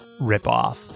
ripoff